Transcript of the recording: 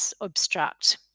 obstruct